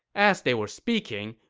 as they were speaking,